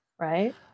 Right